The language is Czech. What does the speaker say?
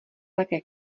také